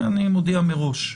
אני מודעי מראש.